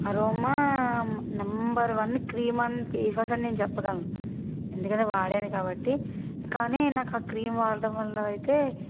aroma number one cream and face wash అని చెప్పగలను ఎందుకంటే వాడాను కాబట్టి కానీ నాకు ఆ క్రీం వాడడం వల్లైతే